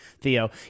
Theo